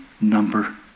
number